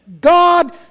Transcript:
God